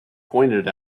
pointed